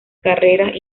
carreras